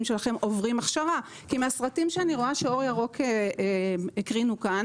שהרוכבים שלהן עוברים הכשרה כי מהסרטים שאני רואה - אור ירוק הקרינה כאן